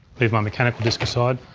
leave my mechanical disk aside.